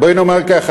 בואי נאמר ככה,